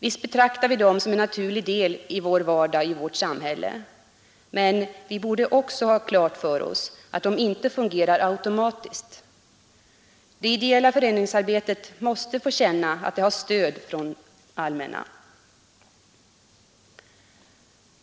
Visst betraktar vi dem som en naturlig del av vår vardag och vårt samhälle, men vi borde också ha klart för oss att de inte fungerar automatiskt. De ideella föreningarna måste få känna att de i sitt arbete har stöd från det allmänna.